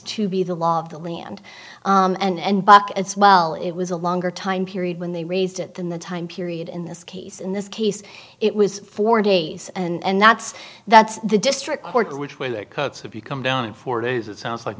to be the law of the land and buckets well it was a longer time period when they raised it than the time period in this case in this case it was four days and that's that the district court which way that cuts have become down in four days it sounds like